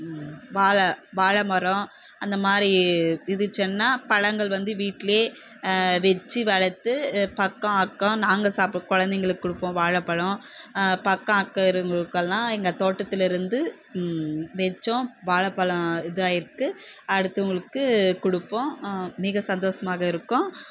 வாழை வாழைமரம் அந்த மாதிரி இருந்துச்சுன்னால் பழங்கள் வந்து வீட்டிலே வெச்சு வளர்த்து பக்கம் அக்கம் நாங்கள் குழந்தைங்களுக் கொடுப்போம் வாழைப்பழம் பக்கம் அக்கம் இருக்கவங்களுக்கு எல்லாம் எங்கள் தோட்டத்திலிருந்து வைச்சோம் வாழைப்பழம் இதாயிருக்குது அடுத்தவங்களுக்கு கொடுப்போம் மிக சந்தோஷமாக இருக்கும்